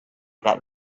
that